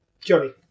Johnny